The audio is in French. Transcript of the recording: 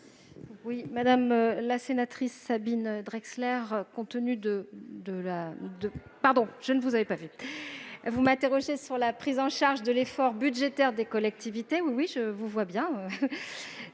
Madame la sénatrice Sabine Drexler, vous m'interrogez sur la prise en charge de l'effort budgétaire des collectivités pour la mise en